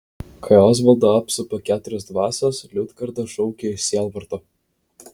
kai osvaldą apsupa keturios dvasios liudgarda šaukia iš sielvarto